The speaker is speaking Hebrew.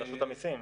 רשות המיסים.